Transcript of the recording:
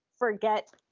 forget